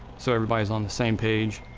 so everybody's on the same page.